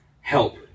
help